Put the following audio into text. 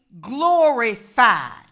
glorified